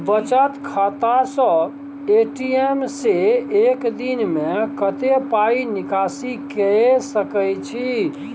बचत खाता स ए.टी.एम से एक दिन में कत्ते पाई निकासी के सके छि?